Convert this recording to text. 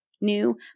new